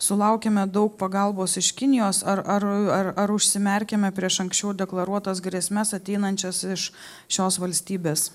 sulaukiame daug pagalbos iš kinijos ar ar ar ar užsimerkiame prieš anksčiau deklaruotas grėsmes ateinančias iš šios valstybės